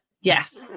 Yes